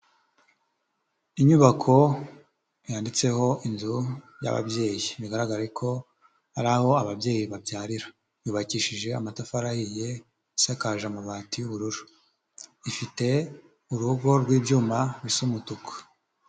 Inyubako yanditseho inzu y'ababyeyi, bigaraga ko hari aho ababyeyi babyarira, yubakishije amatafari ahiye isakaje amabati y'ubururu, ifite urugo rw'ibyuma bisa umutuku.